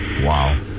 Wow